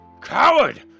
Coward